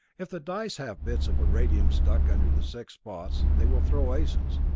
if the dice have bits of iridium stuck under the six spots, they will throw aces.